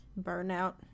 burnout